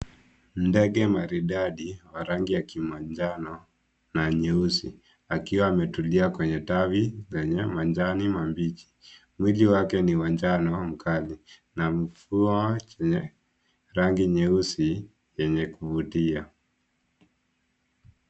Ndege maridadi wa rangi ya kimanjano na nyeusi. Akiwa ametulia kwenye tawi, zenye manjani ma bichi. Mwili wake ni wanjano wa mkali na mfuwa chenye rangi nyeusi chenye kuvutia.